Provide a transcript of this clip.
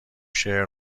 شعر